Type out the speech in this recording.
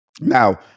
Now